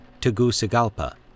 Tegucigalpa